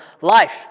life